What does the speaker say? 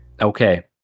Okay